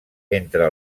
entre